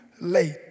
late